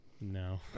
No